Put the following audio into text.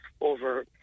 over